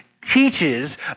teaches